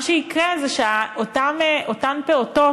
מה שיקרה זה שאותם פעוטות,